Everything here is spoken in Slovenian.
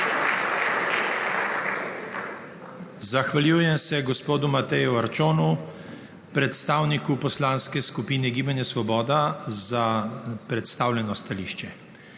Zahvaljujem se gospodu Mateju Arčonu, predstavniku poslanske skupine Gibanje Svoboda, za predstavljeno stališče.